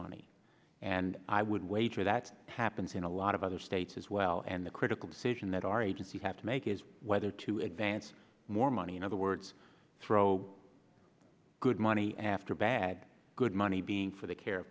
money and i would wager that happens in a lot of other states as well and the critical decision that our agencies have to make is whether to advance more money in other words throw good money after bad or good money being for the care